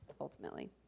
ultimately